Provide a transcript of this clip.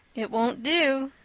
it won't do,